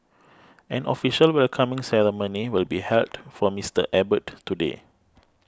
an official welcoming ceremony will be held for Mister Abbott today